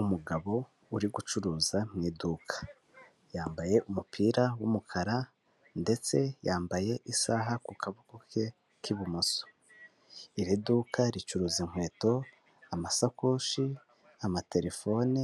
Umugabo uri gucuruza mu iduka, yambaye umupira w'umukara ndetse yambaye isaha ku kaboko ke k'ibumoso. Iri duka ricuruza inkweto, amasakoshi, amaterefone,